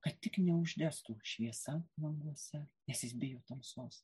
kad tik neužgestų šviesa languose nes jis bijo tamsos